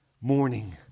morning